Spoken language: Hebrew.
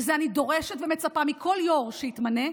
ואת זה אני דורשת ומצפה מכל יו"ר שיתמנה,